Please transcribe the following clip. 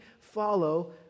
follow